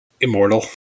immortal